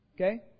Okay